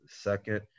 second